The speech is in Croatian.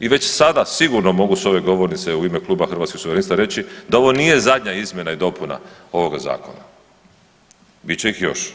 I već sada sigurno mogu s ove govornice u ime Kluba Hrvatskih suverenista reći da ovo nije zadnja izmjena i dopuna ovoga zakona, bit će ih još,